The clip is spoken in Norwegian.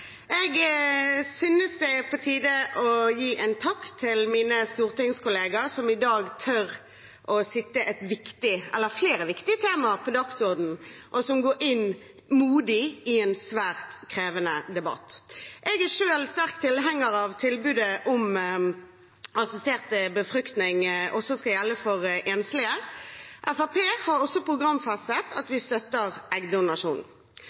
Jeg synes det er på tide å gi en takk til mine stortingskolleger som i dag tør å sette flere viktige temaer på dagsordenen, og som går modig inn i en svært krevende debatt. Jeg er selv sterk tilhenger av at tilbudet om assistert befruktning også skal gjelde for enslige. Fremskrittspartiet har også programfestet at vi støtter eggdonasjon,